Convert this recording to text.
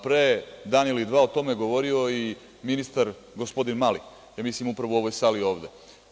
Pre dan ili dva o tome je govorio i ministar gospodin Mali, mislim upravo u ovoj sali ovde.